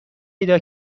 پیدا